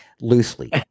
Loosely